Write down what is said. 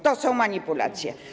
To są manipulacje.